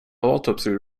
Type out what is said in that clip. autopsy